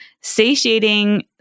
satiating